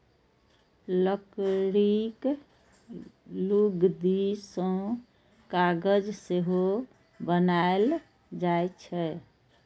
लकड़ीक लुगदी सं कागज सेहो बनाएल जाइ छै